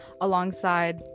alongside